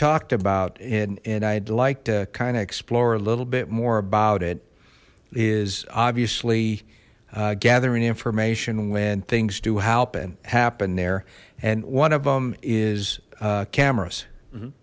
talked about in and i'd like to kind of explore a little bit more about it is obviously gathering information when things do help and happen there and one of them is cameras